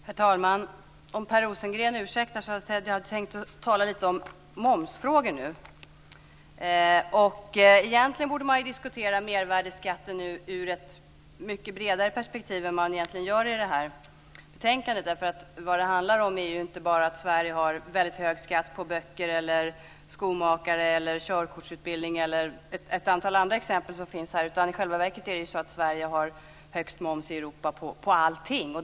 Herr talman! Om Per Rosengren ursäktar, så hade jag tänkt tala lite om momsfrågor nu. Egentligen borde man diskutera mervärdesskatten ur ett mycket bredare perspektiv än vad man gör i betänkandet. Vad det handlar om är ju inte bara att Sverige har väldigt hög skatt på böcker, skomakararbete, körkortsutbildning och ett antal andra exempel som finns här. I själva verket är det så att Sverige har högst moms i Europa på allting.